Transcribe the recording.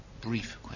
brief